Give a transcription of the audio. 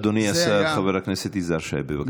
אדוני השר וחבר הכנסת יזהר שי, בבקשה.